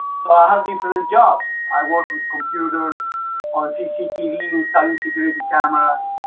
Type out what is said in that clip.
so i have different jobs. i work with computers or cctv installing security cameras